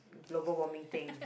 global warming thing